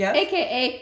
aka